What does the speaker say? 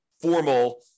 formal